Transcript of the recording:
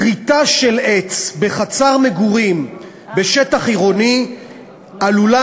כריתה של עץ בחצר מגורים בשטח עירוני עלולה